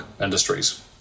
industries